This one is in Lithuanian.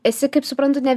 esi kaip suprantu ne